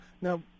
now